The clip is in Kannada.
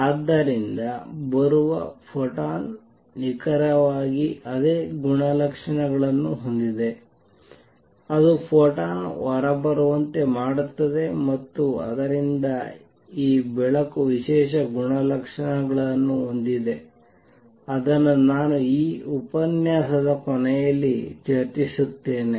ಆದ್ದರಿಂದ ಬರುವ ಫೋಟಾನ್ ನಿಖರವಾಗಿ ಅದೇ ಗುಣಲಕ್ಷಣಗಳನ್ನು ಹೊಂದಿದೆ ಅದು ಫೋಟಾನ್ ಅದು ಹೊರಬರುವಂತೆ ಮಾಡುತ್ತದೆ ಮತ್ತು ಆದ್ದರಿಂದ ಈ ಬೆಳಕು ವಿಶೇಷ ಗುಣಲಕ್ಷಣವನ್ನು ಹೊಂದಿದೆ ಅದನ್ನು ನಾನು ಈ ಉಪನ್ಯಾಸದ ಕೊನೆಯಲ್ಲಿ ಚರ್ಚಿಸುತ್ತೇನೆ